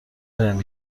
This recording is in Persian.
بهم